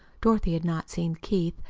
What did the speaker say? dorothy had not seen keith,